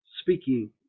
speaking